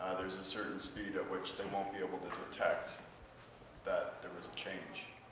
ah there's a certain speed at which they won't be able to detect that there was a change.